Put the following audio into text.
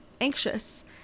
anxious